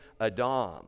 Adam